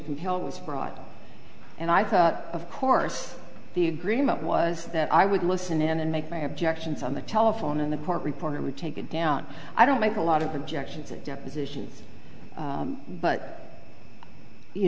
compel was brought and i thought of course the agreement was that i would listen in and make my objections on the telephone and the court reporter would take it down i don't make a lot of objections it depositions but you